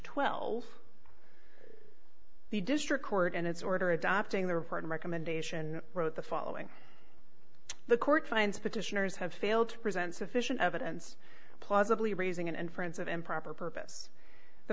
twelve the district court and its order adopting the report recommendation wrote the following the court finds petitioners have failed to present sufficient evidence plausibly raising an inference of improper purpose the